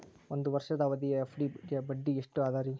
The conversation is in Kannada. ಒಂದ್ ವರ್ಷದ ಅವಧಿಯ ಎಫ್.ಡಿ ಗೆ ಬಡ್ಡಿ ಎಷ್ಟ ಅದ ರೇ?